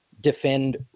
defend